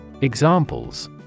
Examples